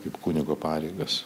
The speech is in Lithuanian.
kaip kunigo pareigas